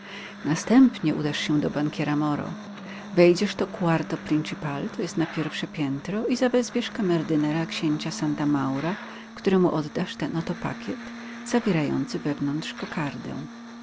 następnie udasz się do bankiera moro wejdziesz do cuarto principal to jest na pierwsze piętro i zawezwiesz kamerdynera księcia santa maura któremu oddasz ten oto pakiet zawierający wewnątrz kokardę